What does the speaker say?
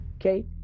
Okay